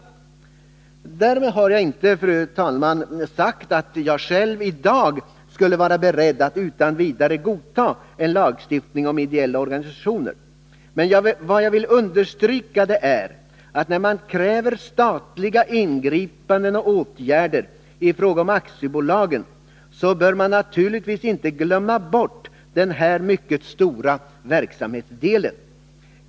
Därmed har jag inte, fru talman, sagt att jag själv i dag skulle vara beredd att utan vidare godta en lagstiftning om ideella organisationer. Vad jag vill understryka är att när man kräver statliga ingripanden och åtgärder i fråga om aktiebolagen bör man inte glömma bort den här mycket stora verksamhetsdelen.